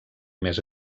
més